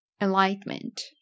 enlightenment